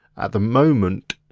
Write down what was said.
at the moment,